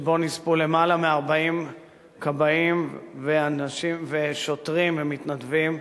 שבו נספו למעלה מ-40 כבאים ואנשים ושוטרים ומתנדבים.